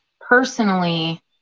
personally